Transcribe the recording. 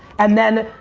and then,